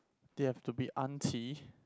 they have to be auntie